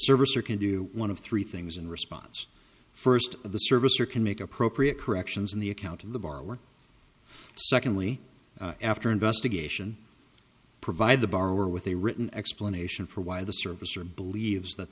service or can do one of three things in response first of the service or can make appropriate corrections in the account of the borrower secondly after investigation provide the borrower with a written explanation for why the service or believes that